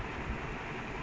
ya ya